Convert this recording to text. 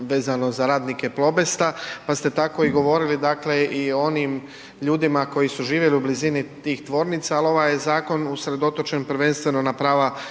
Hvala vam